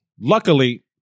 Luckily